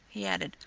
he added,